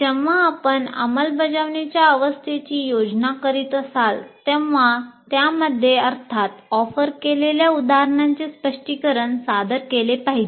जेव्हा आपण अंमलबजावणीच्या अवस्थेची योजना करीत असाल तेव्हा त्यामध्ये अर्थात ऑफर केलेल्या उदाहरणाचे स्पष्टीकरण सादर केले पाहिजे